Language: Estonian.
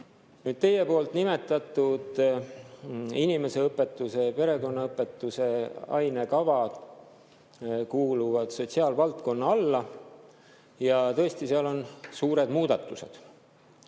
Nüüd, teie poolt nimetatud inimeseõpetuse ja perekonnaõpetuse ainekavad kuuluvad sotsiaalvaldkonna alla ja tõesti seal on suured muudatused.